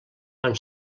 van